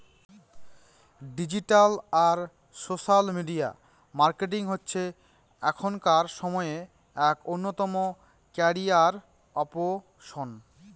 digital আর social media marketing হচ্ছে এখনকার সময়ে এক অন্যতম ক্যারিয়ার অপসন